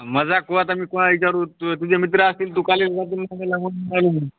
म जाकी आता मी कोणाला विचारू तुझे मित्र असतील तू